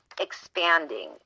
expanding